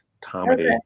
comedy